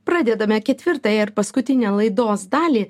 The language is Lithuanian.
pradedame ketvirtąją ir paskutinę laidos dalį